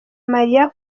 maria